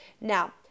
now